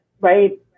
right